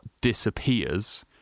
disappears